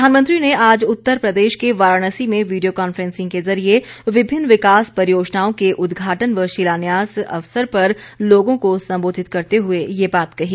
प्रधानमंत्री ने आज उत्तर प्रदेश के वाराणसी में वीडियो कांफ्रेंसिंग के जरिए विभिन्न विकास परियोजनाओं के उद्घाटन व शिलान्यास अवसर पर लोगों को संबोधित करते हुए ये बात कही